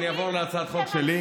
אני אעבור להצעת החוק שלי.